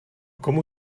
komu